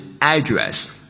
address